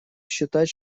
считать